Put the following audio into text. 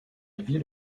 ville